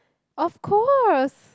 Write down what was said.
of course